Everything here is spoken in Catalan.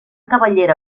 cabellera